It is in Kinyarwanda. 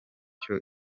icyo